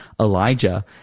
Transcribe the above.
Elijah